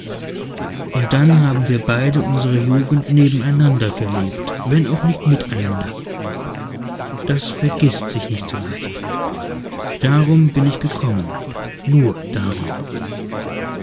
und dann haben wir beide unsere jugend nebeneinander verlebt wenn auch nicht miteinander das vergißt sich nicht so leicht darum bin ich gekommen nur darum